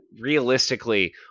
realistically